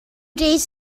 days